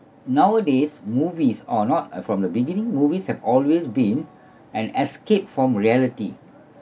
nowadays movies or not uh from the beginning movies have always been an escape from reality